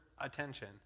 attention